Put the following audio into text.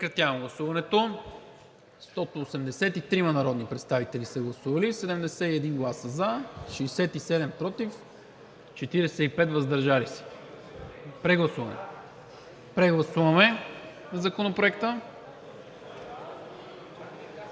гласуване на Законопроекта.